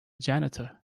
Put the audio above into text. janitor